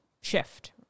shift